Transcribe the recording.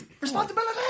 Responsibility